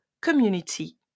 community